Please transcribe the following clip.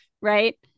right